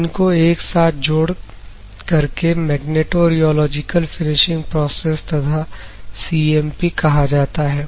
इन को एक साथ जोड़ करके मैग्नेटोियोलॉजिकल फिनिशिंग प्रोसेस तथा CMP कहा जाता है